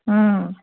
ಹಾಂ